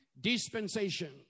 dispensation